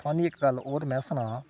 थोआनूं इक गल्ल होर मैं सनां